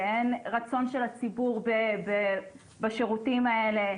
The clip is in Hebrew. שאין רצון של הציבור בשירותים האלה,